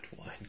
wine